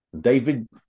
David